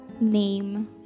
name